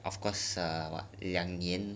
of course ah what 两年